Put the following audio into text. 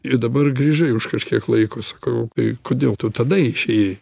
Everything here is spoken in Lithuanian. ir dabar grįžai už kažkiek laiko sakau tai kodėl tu tada išėjai